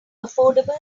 affordable